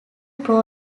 pro